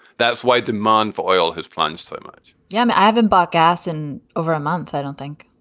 that's why demand for oil has plunged so much yeah. um ivan buc asin over a month. i don't think